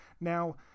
Now